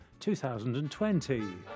2020